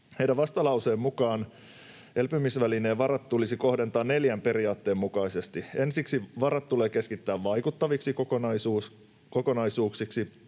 Heidän vastalauseensa mukaan elpymisvälineen varat tulisi kohdentaa neljän periaatteen mukaisesti: ”Ensiksi varat tulee keskittää vaikuttaviksi kokonaisuuksiksi.